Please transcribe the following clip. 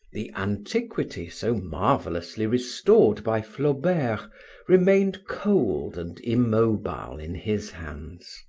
the antiquity so marvelously restored by flaubert remained cold and immobile in his hands.